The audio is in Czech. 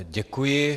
Děkuji.